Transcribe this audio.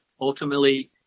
ultimately